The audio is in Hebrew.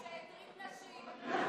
שהטריד נשים, שהטריד נשים.